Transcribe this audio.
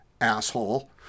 asshole